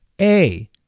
A-